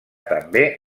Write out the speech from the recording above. també